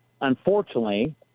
Unfortunately